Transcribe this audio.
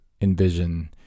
envision